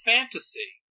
Fantasy